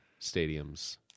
stadiums